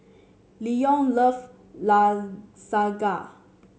Leon love Lasagna